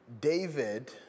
David